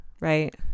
right